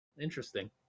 interesting